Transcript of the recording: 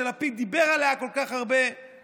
שלפיד דיבר עליה כל כך הרבה,